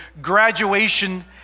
graduation